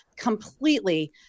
Completely